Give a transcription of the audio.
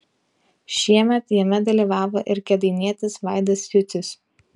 šiemet jame dalyvavo ir kėdainietis vaidas jucius